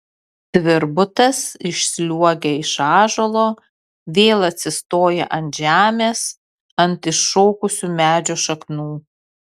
tvirbutas išsliuogia iš ąžuolo vėl atsistoja ant žemės ant iššokusių medžio šaknų